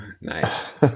nice